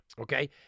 Okay